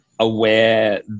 aware